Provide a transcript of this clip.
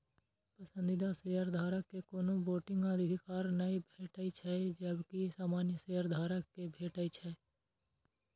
पसंदीदा शेयरधारक कें कोनो वोटिंग अधिकार नै भेटै छै, जबकि सामान्य शेयधारक कें भेटै छै